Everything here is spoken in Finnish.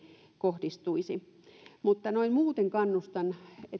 kohdistuisi mutta noin muuten kannustan siihen että